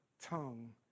tongue